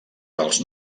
dels